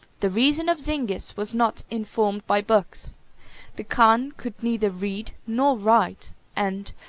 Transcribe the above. the reason of zingis was not informed by books the khan could neither read nor write and,